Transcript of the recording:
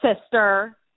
sister